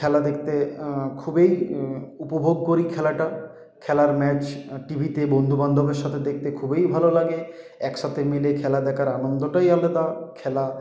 খেলা দেখতে খুবই উপভোগ করি খেলাটা খেলার ম্যাচ টিভিতে বন্ধু বান্ধবের সাথে দেখতে খুবই ভালো লাগে একসাথে মিলে খেলা দেখার আনন্দটাই আলাদা খেলা